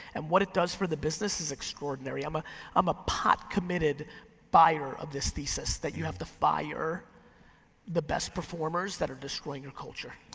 and what it does for the business is extraordinary. i'm ah i'm a pot committed buyer of this thesis that you have to fire the best performers that are destroying your culture.